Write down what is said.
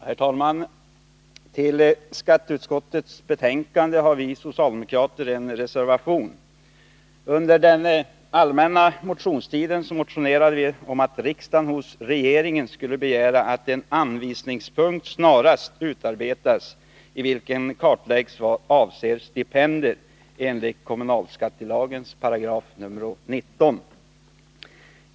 Herr talman! Till skatteutskottets betänkande nr 56 har vi socialdemokrater fogat en reservation. Under den allmänna motionstiden motionerade vi om att riksdagen hos regeringen skulle begära att en anvisningspunkt snarast utarbetas, i vilken kartläggs vad som skall avses med stipendier enligt 19 § kommunalskattelagen.